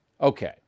Okay